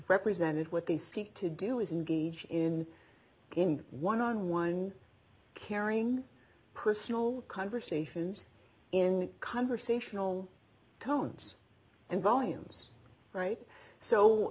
represented what they seek to do is engage in in one on one carrying personal conversations in conversational tones and volumes right so